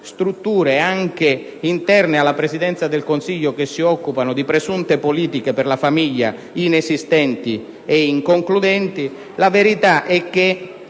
strutture anche interne alla Presidenza del Consiglio che si occupano di presunte politiche per la famiglia, inesistenti e inconcludenti. La verità è che